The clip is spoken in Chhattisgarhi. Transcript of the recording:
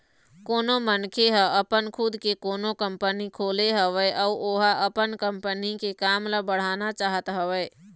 कोनो मनखे ह अपन खुद के कोनो कंपनी खोले हवय अउ ओहा अपन कंपनी के काम ल बढ़ाना चाहत हवय